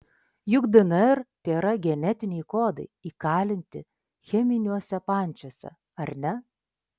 juk dnr tėra genetiniai kodai įkalinti cheminiuose pančiuose ar ne